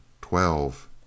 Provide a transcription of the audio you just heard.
twelve